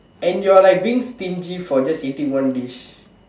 and you're like being stingy for just eating one dish